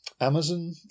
Amazon